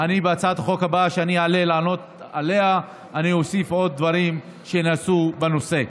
בהצעת החוק הבאה שאני אעלה לענות עליה אני אוסיף עוד דברים שנעשו בנושא.